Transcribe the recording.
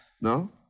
No